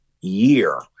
year